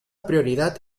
prioridad